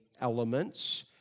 elements